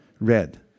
red